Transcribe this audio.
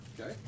Okay